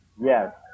yes